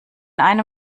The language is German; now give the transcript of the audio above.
einem